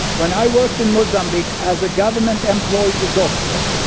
when i worked in mozambique as a government employed doctor,